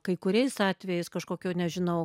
kai kuriais atvejais kažkokio nežinau